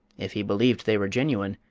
if he believed they were genuine,